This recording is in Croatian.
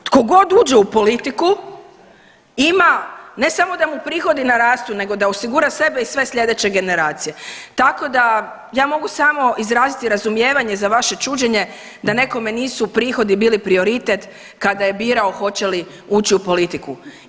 Tko god uđe u politiku, ima, ne samo da mu prihodi narastu, nego da osigura sebe i sve sljedeće generacije, tako da, ja mogu samo izraziti razumijevanje za vaše čuđenje da nekome nisu prihodi bili prioritet kada je birao hoće li ući u politiku.